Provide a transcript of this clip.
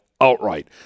outright